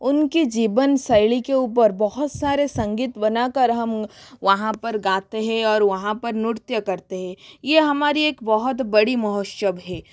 उनके जीवन शैली के ऊपर बहुत सारे संगीत बना कर हम वहाँ पर गाते हैं और वहाँ पर नृत्य करते हैं यह हमारा एक बहुत बड़ी महोत्सव है